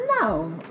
no